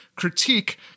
critique